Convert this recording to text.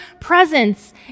presence